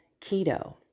keto